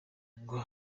ngo